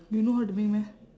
you know how to make meh